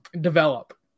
develop